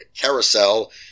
carousel